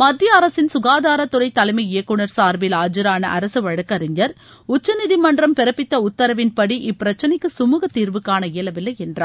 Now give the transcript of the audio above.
மத்திய அரசின் சுகாதாரத்துறை தலைமை இயக்குநர் சார்பில் ஆஜரான அரசு வழக்கறிஞர் உச்சநீதிமன்றம் பிறப்பித்த உத்தரவின்படி இப்பிரச்னைக்கு கமுகத் தீர்வு காண இயலவில்லை என்றார்